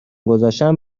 گذاشتن